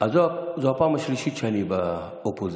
זו פעם שלישית שלי באופוזיציה: